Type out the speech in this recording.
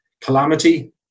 Calamity